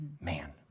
man